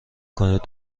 کنید